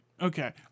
Okay